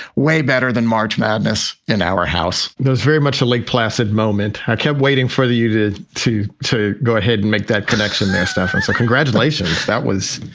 way better than march madness in our house there was very much a lake placid moment. i kept waiting for you to to to go ahead and make that connection there, stephanie. so congratulations. that was.